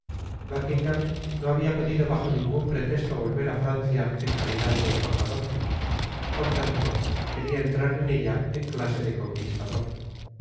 no habia podido bajo ningun pretesto volver á francia en calidad de embajador por tanto quería entrar en ella en clase de conquistador